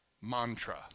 Mantra